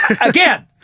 again